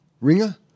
ringer